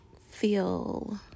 feel